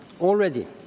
already